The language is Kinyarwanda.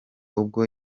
ubwo